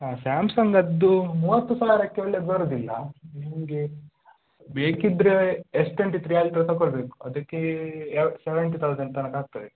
ಹಾಂ ಸ್ಯಾಮ್ಸಂಗದ್ದು ಮೂವತ್ತು ಸಾವಿರಕ್ಕೆ ಒಳ್ಳೆದು ಬರೋದಿಲ್ಲ ನಿಮಗೆ ಬೇಕಿದ್ದರೆ ಎಸ್ ಟ್ವೆಂಟಿ ತ್ರೀ ಅಲ್ಟ್ರ ತಗೊಳ್ಬೇಕು ಅದಕ್ಕೆ ಸೆವೆಂಟಿ ತೌಸಂಡ್ ತನಕ ಆಗ್ತದೆ